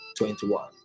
21